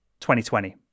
2020